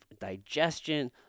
digestion